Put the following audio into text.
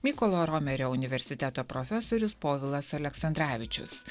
mykolo romerio universiteto profesorius povilas aleksandravičius